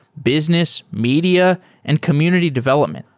business, media and community development.